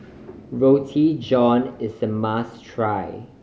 Roti John is a must try